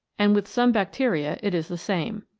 and with some bacteria it is the same.